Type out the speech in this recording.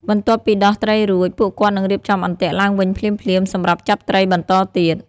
បន្ទាប់ពីដោះត្រីរួច ពួកគាត់នឹងរៀបចំអន្ទាក់ឡើងវិញភ្លាមៗសម្រាប់ចាប់ត្រីបន្តទៀត។